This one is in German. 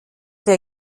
der